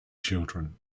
children